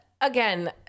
again